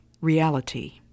reality